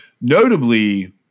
Notably